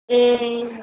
ए